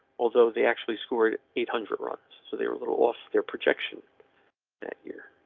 although they actually scored eight hundred runs, so they were little off their projection that year.